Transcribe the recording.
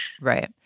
Right